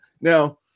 Now